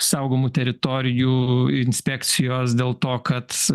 saugomų teritorijų inspekcijos dėl to kad